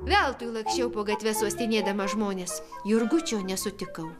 veltui laksčiau po gatves uostinėdamas žmones jurgučio nesutikau